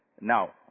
Now